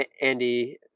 Andy